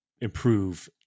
improve